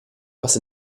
was